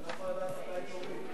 אני לא יכול לדעת מתי תורי.